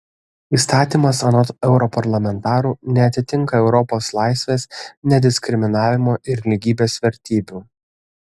įstatymas anot europarlamentarų neatitinka europos laisvės nediskriminavimo ir lygybės vertybių